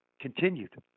continued